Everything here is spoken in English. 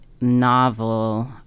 novel